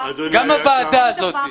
גם הוועדה הזאת.